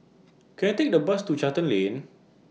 Can I Take A Bus to Charlton Lane